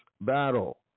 battle